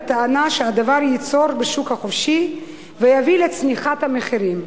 בטענה שהדבר ייצור שוק חופשי ויביא לצניחת המחירים.